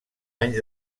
anys